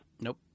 Nope